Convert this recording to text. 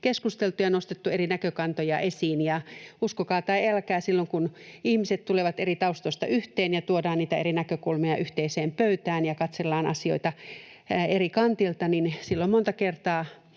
keskusteltu ja nostettu eri näkökantoja esiin. Uskokaa tai älkää, silloin kun ihmiset tulevat eri taustoista yhteen ja tuodaan niitä eri näkökulmia yhteiseen pöytään ja katsellaan asioita eri kantilta, silloin monta kertaa